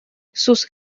sus